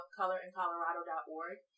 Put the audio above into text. colorincolorado.org